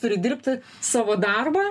turit dirbti savo darbą